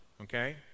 Okay